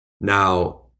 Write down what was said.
Now